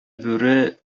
бүре